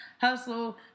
hustle